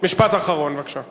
משפט אחרון, בבקשה.